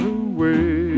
away